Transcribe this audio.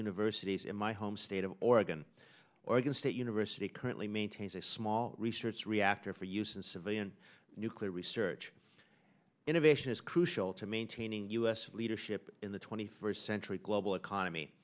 universities in my home state of oregon oregon state university currently maintains a small research reactor for use in civilian nuclear research innovation is crucial to maintaining u s leadership in the twenty first century global economy